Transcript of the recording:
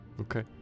Okay